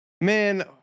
man